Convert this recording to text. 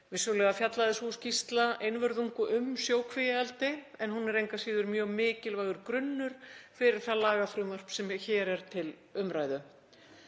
Vissulega fjallaði sú skýrsla einvörðungu um sjókvíaeldi en hún er engu að síður mjög mikilvægur grunnur fyrir það lagafrumvarp sem hér er til umræðu.